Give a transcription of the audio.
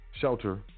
shelter